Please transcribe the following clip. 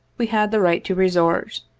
we had the right to resort.